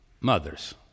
Mothers